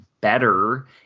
better